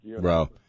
Bro